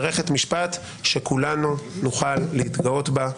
מערכת משפט שכולנו נוכל להתגאות בה,